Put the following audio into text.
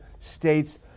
states